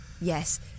yes